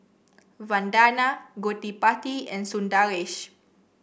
Vandana Gottipati and Sundaresh